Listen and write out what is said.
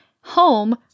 home